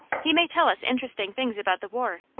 he may tell us interesting things about the war.